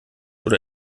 oder